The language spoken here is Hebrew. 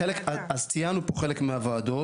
ציינו פה חלק מהועדות.